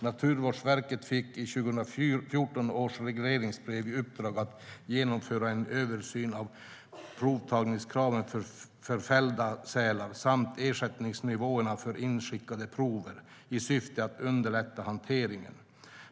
Naturvårdsverket fick i 2014 års regleringsbrev i uppdrag att genomföra en översyn av provtagningskraven för fällda sälar samt ersättningsnivåerna för inskickade prover i syfte att underlätta hanteringen.